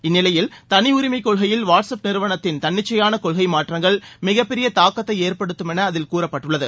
இந்நிலையில் தனி உரிமை கொள்கையில் வாட்ஸ் நிறுவனத்தின் தன்னிச்சையான கொள்கை மாற்றங்கள் மிகப் பெரிய தாக்கத்தை ஏற்படுத்தும் என அதில் கூறப்பட்டுள்ளது